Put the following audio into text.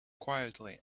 quietly